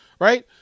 Right